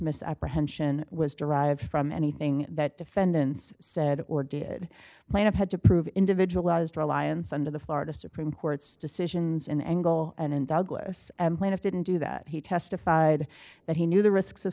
misapprehension was derived from anything that defendants said or did might have had to prove individualized reliance under the florida supreme court's decisions in angle and douglas didn't do that he testified that he knew the risks of